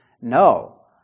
no